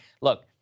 look